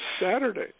Saturday